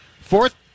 Fourth